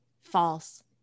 False